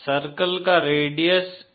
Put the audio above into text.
circle का radius 1 है